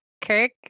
kirk